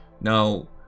Now